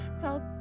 tell